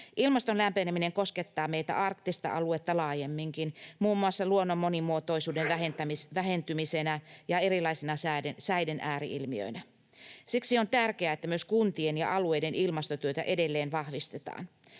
Ilmaston lämpeneminen koskettaa meitä arktista aluetta laajemminkin, muun muassa luonnon monimuotoisuuden vähentymisenä ja erilaisina säiden ääri-ilmiöinä. Siksi on tärkeää, että myös kuntien ja alueiden ilmastotyötä edelleen vahvistetaan.